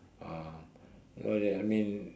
uh what is that I mean